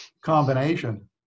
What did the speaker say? combination